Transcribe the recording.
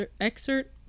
excerpt